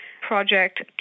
project